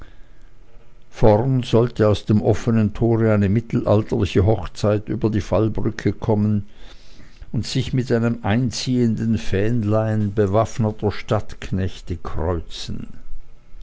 vorn sollte aus dem offenen tore eine mittelalterliche hochzeit über die fallbrücke kommen und sich mit einem einziehenden fähnlein bewaffneter stadtknechte kreuzen